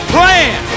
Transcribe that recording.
Plan